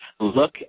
look